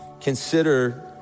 consider